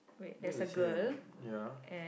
this is the same ya